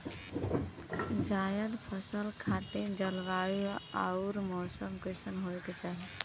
जायद फसल खातिर जलवायु अउर मौसम कइसन होवे के चाही?